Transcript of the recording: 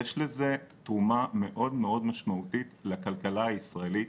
יש לזה תרומה מאוד מאוד משמעותית לכלכלה הישראלית.